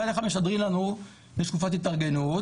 מצד אחד משדרים לנו שיש תקופת התארגנות